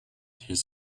his